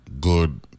good